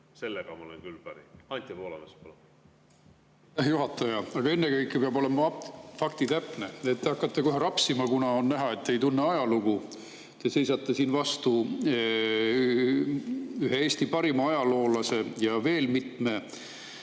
Sellega ma olen küll päri. Anti Poolamets, palun! Aitäh, juhataja! Aga ennekõike peab olema faktitäpne. Te hakkate kohe rapsima, kuna on näha, et te ei tunne ajalugu. Te seisate siin vastamisi ühe Eesti parima ajaloolase ja veel mitme